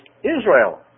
Israel